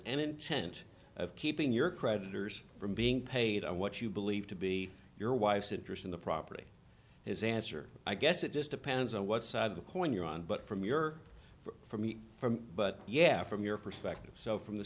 and intent of keeping your creditors from being paid on what you believe to be your wife's interest in the property his answer i guess it just depends on what side of the coin you're on but from your for me from but yeah from your perspective so from the